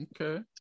Okay